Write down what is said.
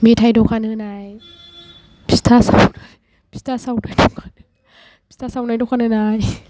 मेथाय दखान होनाय फिथा सावनाय दखान होनाय